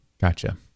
Gotcha